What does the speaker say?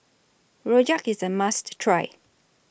Rojak IS A must Try